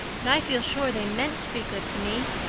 but i feel sure they meant to be good to me.